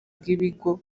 bw’ibigo